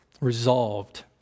resolved